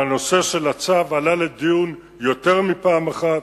והנושא של הצו עלה לדיון יותר מפעם אחת,